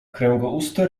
kręgouste